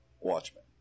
Watchmen